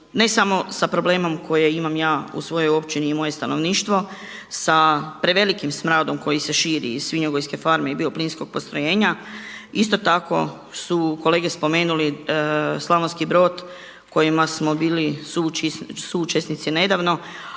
ne samo sa problemom koje imam ja u svojoj općini i moje stanovništvo, sa prevelikim smradom koji se širi iz svinjogojske farme i bioplinskog postrojenja isto tako su kolege spomenuli Slavonski Brod kojima smo bili suučesnici nedavno